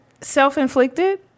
self-inflicted